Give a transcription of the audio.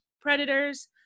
predators